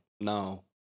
No